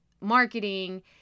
marketing